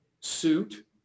suit